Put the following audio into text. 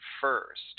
first